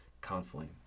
counseling